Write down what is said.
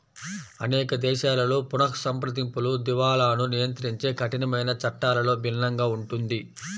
అనేక దేశాలలో పునఃసంప్రదింపులు, దివాలాను నియంత్రించే కఠినమైన చట్టాలలో భిన్నంగా ఉంటుంది